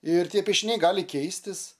ir tie piešiniai gali keistis